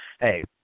hey